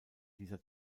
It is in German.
dieser